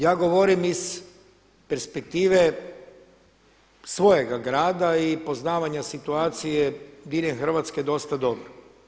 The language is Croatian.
Ja govorim iz perspektive svojega grada i poznavanja situacije diljem Hrvatske dosta dobro.